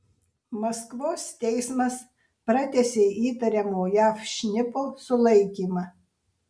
maskvos teismas pratęsė įtariamo jav šnipo sulaikymą